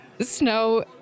snow